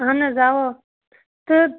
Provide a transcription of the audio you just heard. اَہَن حظ اَوا تہٕ